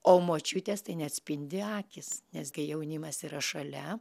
o močiutės tai net spindi akys nes gai jaunimas yra šalia